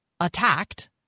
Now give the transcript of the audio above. attacked